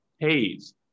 pays